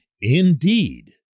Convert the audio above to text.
indeed